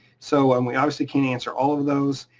so and we obviously can't answer all of those,